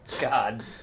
God